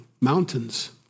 mountains